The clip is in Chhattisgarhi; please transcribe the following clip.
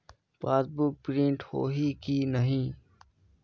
पासबुक प्रिंट होही कि नहीं?